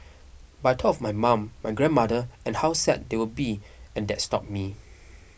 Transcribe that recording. but I thought of my mum my grandmother and how sad they would be and that stopped me